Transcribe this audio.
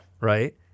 right